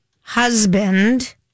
husband